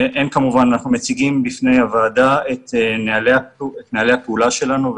לכן אנחנו מציגים בפני הוועדה את נהלי הפעולה שלנו,